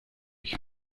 ich